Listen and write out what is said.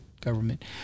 government